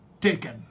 taken